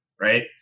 right